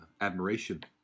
admiration